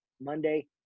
Monday